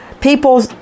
people